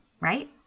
right